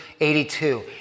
82